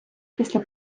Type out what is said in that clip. після